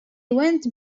went